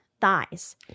thighs